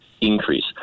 increase